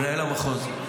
מנהל המחוז,